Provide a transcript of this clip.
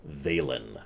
Valen